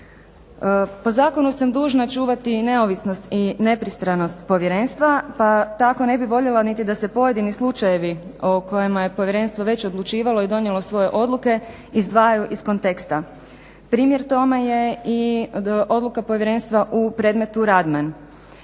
Po zakonu sam dužna čuvati i neovisnost i nepristranost povjerenstva pa tako ne bih voljela niti da se pojedini slučajevi o kojima je povjerenstvo već odlučivalo i donijelo svoje odluke izdvajaju iz konteksta. Primjer tome je i odluka povjerenstva u predmetu Radman.